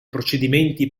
procedimenti